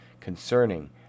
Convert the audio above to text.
concerning